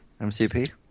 MCP